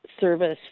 service